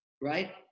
right